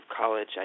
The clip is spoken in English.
college